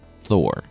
Thor